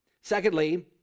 Secondly